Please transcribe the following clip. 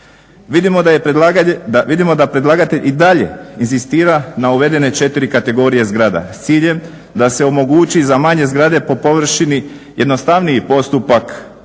Vidimo da predlagatelj i dalje inzistira na uvedene četiri kategorije zgrada s ciljem da se omogući za manje zgrade po površini jednostavniji postupak